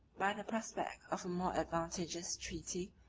by the prospect of a more advantageous treaty,